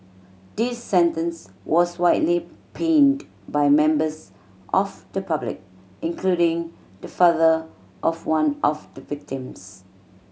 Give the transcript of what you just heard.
this sentence was widely panned by members of the public including the father of one of the victims